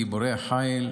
גיבורי החיל,